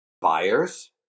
Buyers